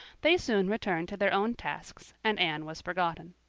they soon returned to their own tasks and anne was forgotten.